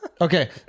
Okay